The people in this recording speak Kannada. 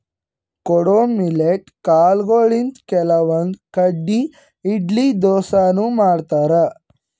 ಕೊಡೊ ಮಿಲ್ಲೆಟ್ ಕಾಲ್ಗೊಳಿಂತ್ ಕೆಲವಂದ್ ಕಡಿ ಇಡ್ಲಿ ದೋಸಾನು ಮಾಡ್ತಾರ್